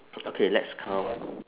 okay let's count